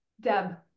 deb